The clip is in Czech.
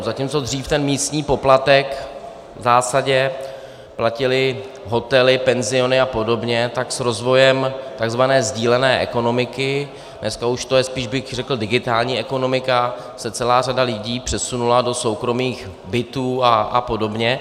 Zatímco dřív ten místní poplatek v zásadě platily hotely, penziony a podobně, tak s rozvojem takzvané sdílené ekonomiky, dneska už to je, řekl bych, spíš digitální ekonomika, se celá řada lidí přesunula do soukromých bytů a podobně.